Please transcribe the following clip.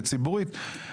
ציבורית,